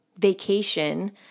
vacation